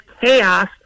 chaos